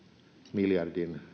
miljardin